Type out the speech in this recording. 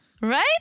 Right